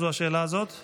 זו השאלה הזאת?